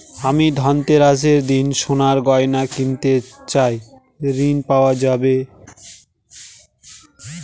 আমি ধনতেরাসের দিন সোনার গয়না কিনতে চাই ঝণ পাওয়া যাবে?